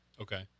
okay